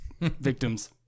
victims